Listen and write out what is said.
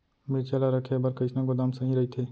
मिरचा ला रखे बर कईसना गोदाम सही रइथे?